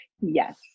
Yes